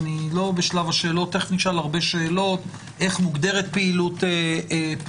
אני לא בשלב השאלות ותכף נשאל הרבה שאלות איך מוגדרת פעילות פנאי?